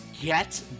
get